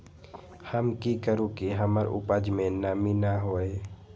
हम की करू की हमर उपज में नमी न होए?